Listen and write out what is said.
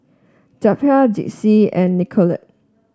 Zelpha Dixie and Nicolette